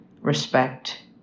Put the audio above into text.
respect